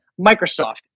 Microsoft